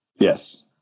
Yes